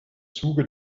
zuge